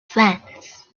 fence